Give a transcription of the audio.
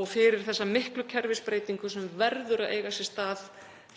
og fyrir þessa miklu kerfisbreytingu sem verður að eiga sér stað